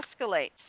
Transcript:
escalates